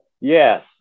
Yes